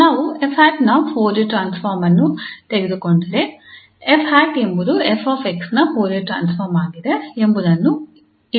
ನಾವು 𝑓̂ ನ Fourier transform ಅನ್ನು ತೆಗೆದುಕೊಂಡರೆ 𝑓̂ ಎಂಬುದು 𝑓𝑥 ನ ಫೋರಿಯರ್ ಟ್ರಾನ್ಸ್ಫಾರ್ಮ್ ಆಗಿದೆ ಎಂಬುದನ್ನು ಇದು ಹೇಳುತ್ತದೆ